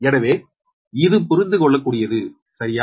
எனவே இது புரிந்துகொள்ளக்கூடியது சரியா